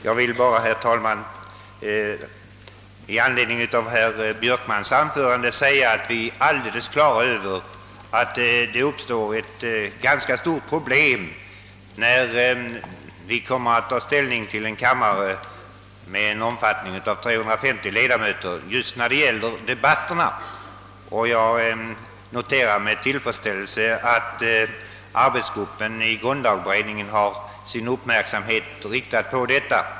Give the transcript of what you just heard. rande vill jag bara säga, att vi är helt på det klara med att det kommer att uppstå ett ganska stort problem i fråga om debatterna när vi får en kammare med 350 ledamöter. Jag noterar med tillfredsställelse att arbetsgruppen inom grundlagsberedningen har sin uppmärksamhet riktad på denna fråga.